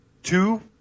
two